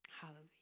Hallelujah